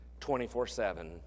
24-7